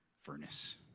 furnace